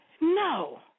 no